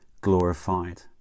glorified